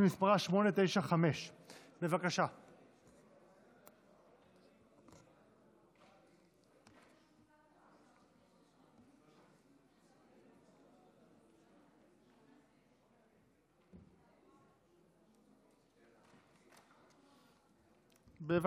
שמספרה 895. בבקשה,